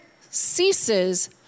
ceases